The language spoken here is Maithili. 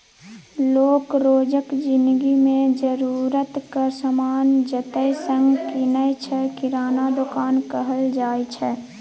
लोक रोजक जिनगी मे जरुरतक समान जतय सँ कीनय छै किराना दोकान कहल जाइ छै